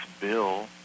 bill